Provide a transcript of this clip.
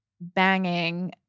banging